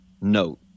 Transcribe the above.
note